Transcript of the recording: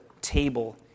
table